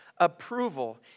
approval